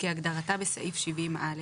כהגדרתה בסעיף 70א,